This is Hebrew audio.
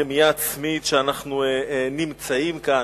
רמייה עצמית שאנחנו נמצאים כאן,